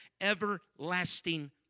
everlasting